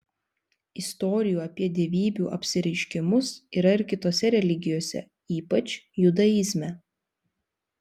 istorijų apie dievybių apsireiškimus yra ir kitose religijose ypač judaizme